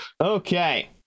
Okay